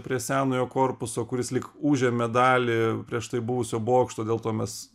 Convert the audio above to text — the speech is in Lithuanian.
prie senojo korpuso kuris lyg užėmė dalį prieš tai buvusio bokšto dėl to mes